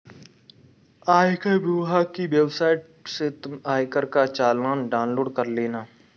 आयकर विभाग की वेबसाइट से तुम आयकर का चालान डाउनलोड कर लेना